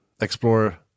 explore